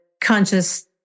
conscious